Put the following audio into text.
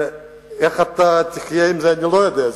ואיך אתה תחיה עם זה אני לא יודע,